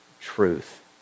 truth